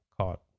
caught